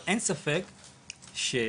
אין ספק שבסוף,